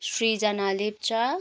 Srijana Lepcha